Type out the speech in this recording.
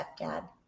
stepdad